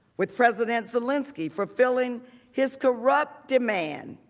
with president zelensky fulfilling his corrupt demand,